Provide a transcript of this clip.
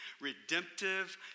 redemptive